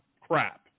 crap